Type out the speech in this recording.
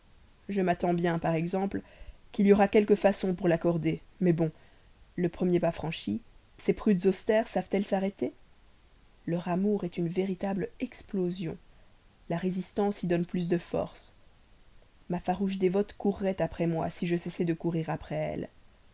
je m'attends bien par exemple qu'il y aura quelques façons pour l'accorder mais bon le premier pas franchi ces prudes austères savent elles s'arrêter leur amour est une véritable explosion la résistance y donne plus de force ma farouche dévote courrait après moi si je cessais de courir après elle